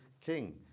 king